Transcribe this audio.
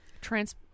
trans